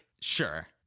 sure